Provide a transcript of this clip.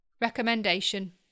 Recommendation